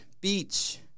beach